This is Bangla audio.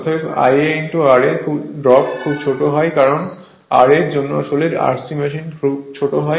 অতএব Ia ra ড্রপ খুব ছোট কারণ ra জন্য আসলে DC মেশিন খুব ছোট হয়